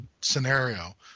scenario